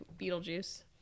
beetlejuice